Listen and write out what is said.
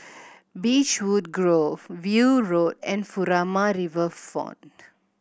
Beechwood Grove View Road and Furama Riverfront